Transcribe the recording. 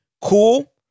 cool